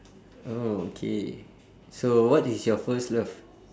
oh okay so what is your first love